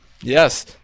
Yes